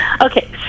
Okay